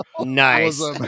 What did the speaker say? nice